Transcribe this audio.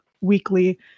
weekly